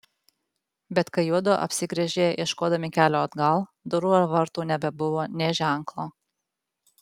bet kai juodu apsigręžė ieškodami kelio atgal durų ar vartų nebebuvo nė ženklo